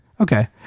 okay